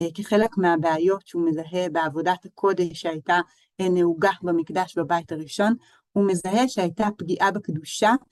כחלק מהבעיות שהוא מזהה בעבודת הקודש שהייתה נהוגה במקדש בבית הראשון, הוא מזהה שהייתה פגיעה בקדושה.